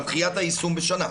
אבל דחיית היישום בשנה.